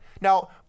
Now